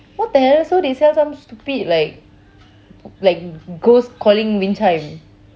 what the hell so they sell some stupid like like ghost calling wind chime